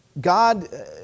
God